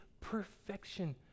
perfection